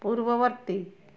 ପୂର୍ବବର୍ତ୍ତୀ